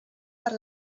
per